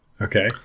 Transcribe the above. Okay